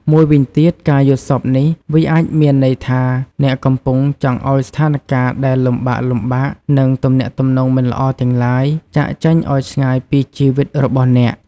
មួយវិញទៀត ការយល់សប្តិនេះ វាអាចមានន័យថា អ្នកកំពុងចង់ឲ្យស្ថានការណ៍ដែលលំបាកៗ និងទំនាក់ទំនងមិនល្អទាំងឡាយ ចាកចេញឲ្យឆ្ងាយពីជីវិតរបស់អ្នក។